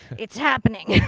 it's happening.